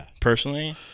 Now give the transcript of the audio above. personally